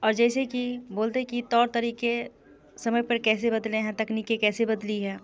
और जैसे कि बोलते है कि तौर तरीके समय पर कैसे बदले हैं तकनीकें कैसी बदली है